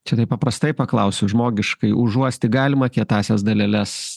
čia taip paprastai paklausiu žmogiškai užuosti galima kietąsias daleles